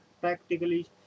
practically